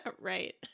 Right